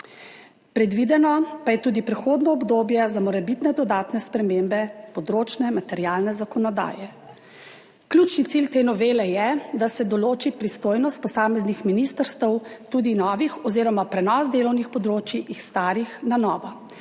Predvideno pa je tudi prehodno obdobje za morebitne dodatne spremembe področne materialne zakonodaje. Ključni cilj te novele je, da se določi pristojnost posameznih ministrstev, tudi novih oziroma prenos delovnih področij iz starih na novo.